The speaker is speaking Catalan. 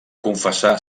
confessar